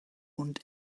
und